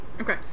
Okay